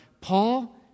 Paul